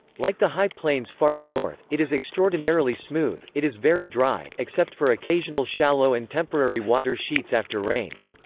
like the high plains farther north, it is extraordinarily smooth it is very dry, except for occasional shallow and temporary water sheets after rains.